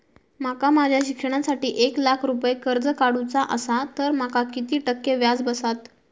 माका माझ्या शिक्षणासाठी एक लाख रुपये कर्ज काढू चा असा तर माका किती टक्के व्याज बसात?